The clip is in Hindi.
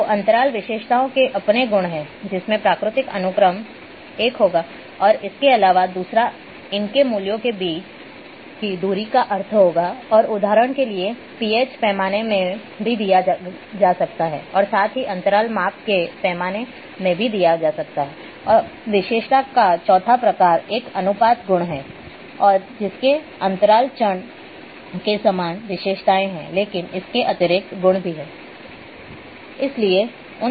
तो अंतराल विशेषताओं के अपने गुण है जिसमें प्राकृतिक अनुक्रम एक होगा और इसके अलावा दूसरा इनके मूल्यों के बीच की दूरी का अर्थ होगा और उदाहरण के लिए PH पैमाने भी दिया गया है और साथ ही अंतराल माप के पैमाने में भी दीया है अब विशेषता का चौथा प्रकार एक अनुपात गुण है और जिसमें अंतराल चर के समान विशेषताएं हैं लेकिन इसके अतिरिक्त गुण भी हैं